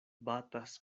batas